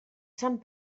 sant